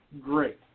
great